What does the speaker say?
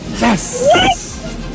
Yes